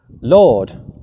Lord